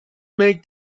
make